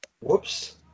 Whoops